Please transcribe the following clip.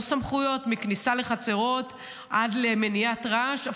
סמכויות מכניסה לחצרות עד למניעת רעש.